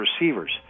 receivers